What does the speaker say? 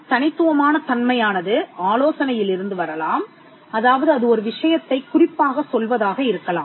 தனித்துவமான தன்மையானது ஆலோசனையில் இருந்து வரலாம் அதாவது அது ஒரு விஷயத்தைக் குறிப்பாகச் சொல்வதாக இருக்கலாம்